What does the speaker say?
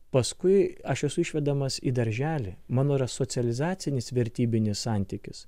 paskui aš esu išvedamas į darželį mano yra socializacinis vertybinis santykis